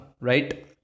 right